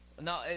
No